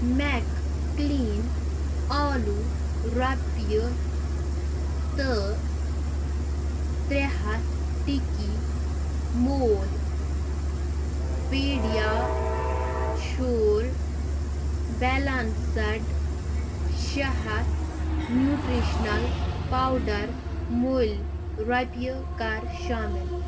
make کٕلیٖن آلو رۄپیہِ تہٕ ترٛےٚ ہَتھ ٹِکی مول پیٖڈیا شور بیلنٛسٕڈ شیٚے ہَتھ نیوٗٹرٛشنل پوڈر مۄل رۄپیہِ کر شٲمِل